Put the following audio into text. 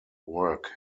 work